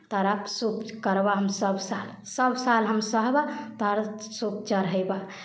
तहर सूप करबह हम सभसाल सभसाल हम सहबह तहरा सूप चढ़यबह